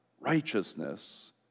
righteousness